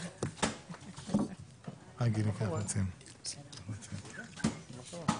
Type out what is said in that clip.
12:10.